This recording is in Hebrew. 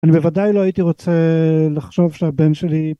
אני בוודאי לא הייתי רוצה לחשוב שהבן שלי